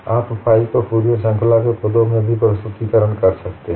आप फाइ को फूरियर श्रृंखला के पदों में भी प्रस्तुतीकरण कर सकते हैं